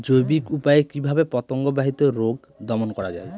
জৈবিক উপায়ে কিভাবে পতঙ্গ বাহিত রোগ দমন করা যায়?